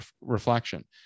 reflection